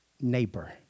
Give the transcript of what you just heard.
neighbor